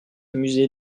musée